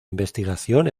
investigación